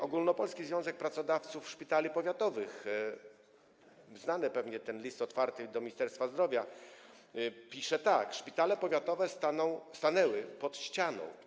Ogólnopolski Związek Pracodawców Szpitali Powiatowych - znany jest pewnie ten list otwarty do Ministerstwa Zdrowia - napisał tak: Szpitale powiatowe stanęły pod ścianą.